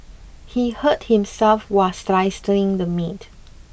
he hurt himself while slicing the meat